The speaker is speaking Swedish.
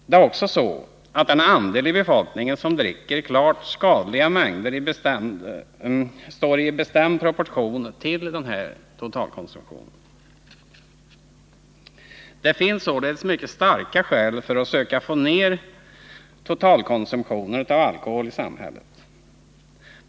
Det är också så, att den andel i befolkningen som dricker klart skadliga mängder ökar i en bestämd proportion till totalkonsumtionen. Det finns således mycket starka skäl för att söka få ned totalkonsumtionen av alkohol i samhället.